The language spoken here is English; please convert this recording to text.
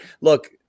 Look